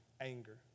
anger